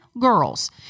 girls